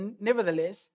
nevertheless